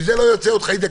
מזה לא יוצאים עוד חיידקים.